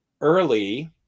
early